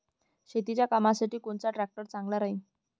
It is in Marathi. शेतीच्या कामासाठी कोनचा ट्रॅक्टर चांगला राहीन?